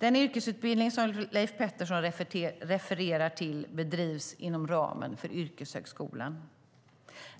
Den yrkesutbildning som Leif Petterson refererar till bedrivs inom ramen för yrkeshögskolan.